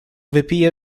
wypije